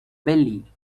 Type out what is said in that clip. belly